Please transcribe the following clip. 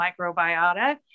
microbiota